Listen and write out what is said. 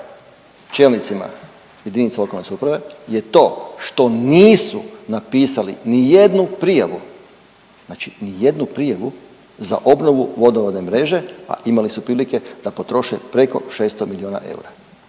čelnicima jedinica lokalne samouprave je to što nisu napisali ni jednu prijavu, znači ni jednu prijavu za obnovu vodovodne mreže, a imali su prilike da potroše preko 600 milijuna eura.